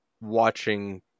watching